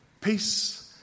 Peace